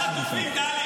זה משפחות חטופים, טלי.